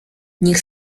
niech